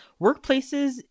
workplaces